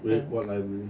wait what library